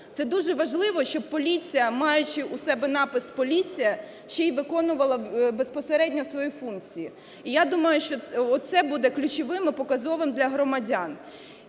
Це дуже важливо, що поліція, маючи у себе напис "поліція", ще і виконувала безпосередньо свої функції. Я думаю, що оце буде ключовим і показовим для громадян.